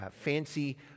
fancy